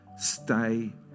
stay